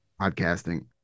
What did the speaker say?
podcasting